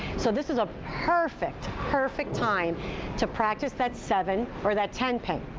so, this is a perfect, perfect time to practice that seven or that ten pin.